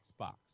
Xbox